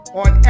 on